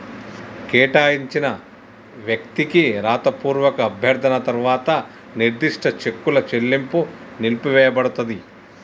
కేటాయించిన వ్యక్తికి రాతపూర్వక అభ్యర్థన తర్వాత నిర్దిష్ట చెక్కుల చెల్లింపు నిలిపివేయపడతది